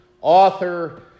author